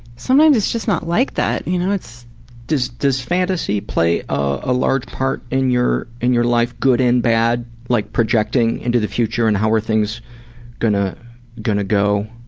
sometimes, it's just not like that. you know, it's does does fantasy play a large part in your in your life good and bad, like projecting into the future and how are things gonna gonna go?